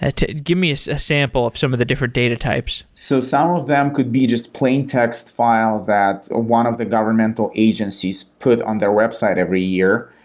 ah give me a so sample of some of the different data types so some of them could be just plain text file that one of the governmental agencies put on their website every year,